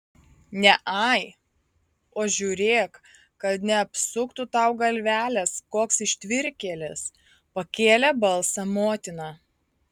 ne ai o žiūrėk kad neapsuktų tau galvelės koks ištvirkėlis pakėlė balsą motina